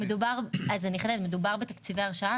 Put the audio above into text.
מדובר בתקציבי הרשאה,